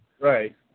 Right